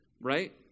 right